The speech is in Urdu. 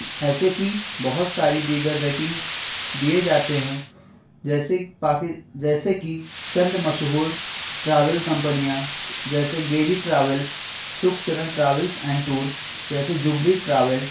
ایسے کہ بہت ساری دیگر ریٹنگس دیے جاتے ہیں جیسے پاکی جیسے کہ چند مشہور ٹراول کمپنیاں جیسے Giri travels Sukh Charan travels and tours جیسے جبلی ٹراول